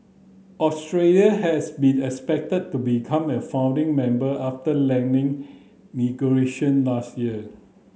Australia has be expected to become a founding member after negotiation last year